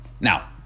Now